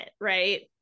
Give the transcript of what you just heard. right